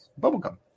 Bubblegum